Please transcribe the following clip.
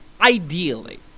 Ideally